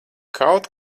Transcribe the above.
kaut